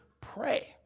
pray